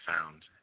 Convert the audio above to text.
found